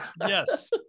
yes